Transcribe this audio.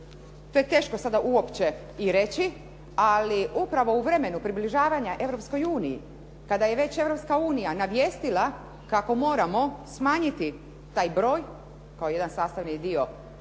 to je teško sada uopće i reći. Ali upravo u vremenu približavanja Europskoj uniji, kada je već Europska unija navijestila kako moramo smanjiti taj broj kao jedan sastavni dio